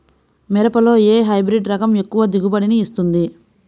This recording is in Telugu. మిరపలో ఏ హైబ్రిడ్ రకం ఎక్కువ దిగుబడిని ఇస్తుంది?